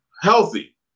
healthy